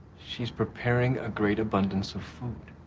she's preparing a great abundance of food.